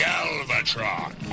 Galvatron